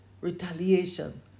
retaliation